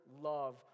love